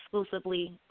exclusively